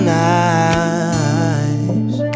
nice